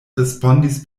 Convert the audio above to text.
respondis